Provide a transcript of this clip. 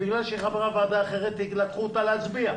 עטיה ובגלל שהיא חברה בוועדה אחרת לקחו אותה לשם להצביע.